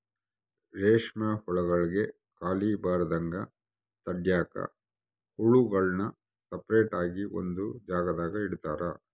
ರೇಷ್ಮೆ ಹುಳುಗುಳ್ಗೆ ಖಾಲಿ ಬರದಂಗ ತಡ್ಯಾಕ ಹುಳುಗುಳ್ನ ಸಪರೇಟ್ ಆಗಿ ಒಂದು ಜಾಗದಾಗ ಇಡುತಾರ